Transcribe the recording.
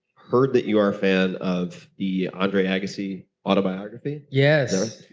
heard that you are a fan of the andre agassi autobiography. yes,